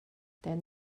then